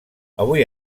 avui